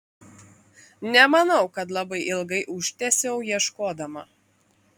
nemanau kad labai ilgai užtęsiau ieškodama